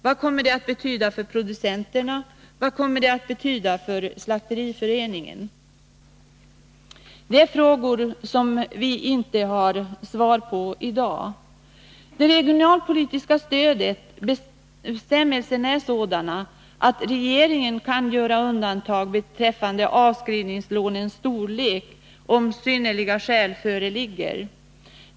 Vad kommer det att betyda för producenterna och för slakteriföreningen? Det är frågor som vi inte har svar på i dag. Bestämmelserna när det gäller det regionalpolitiska stödet är sådana att regeringen kan göra undantag beträffande avskrivningslånens storlek, om synnerliga skäl föreligger.